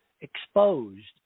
exposed